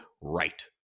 right